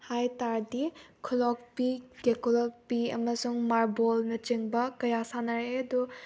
ꯍꯥꯏꯇꯥꯔꯗꯤ ꯈꯨꯠꯂꯣꯛꯄꯤ ꯀꯦꯀꯨ ꯂꯣꯠꯄꯤ ꯑꯃꯁꯨꯡ ꯃꯥꯔꯕꯣꯜꯅꯆꯤꯡꯕ ꯀꯌꯥ ꯁꯥꯟꯅꯔꯛꯑꯦ ꯑꯗꯣ